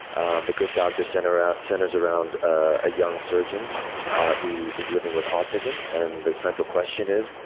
and the good doctor center out centers around a young surgeon who is living with autism. and the central question is,